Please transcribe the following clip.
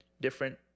different